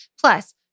plus